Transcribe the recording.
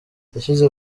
yashyize